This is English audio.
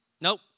nope